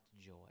joy